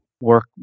work